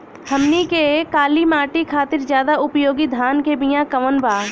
हमनी के काली माटी खातिर ज्यादा उपयोगी धान के बिया कवन बा?